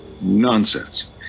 nonsense